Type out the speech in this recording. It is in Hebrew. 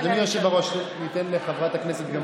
אדוני היושב-ראש, ניתן לחברת הכנסת גמליאל?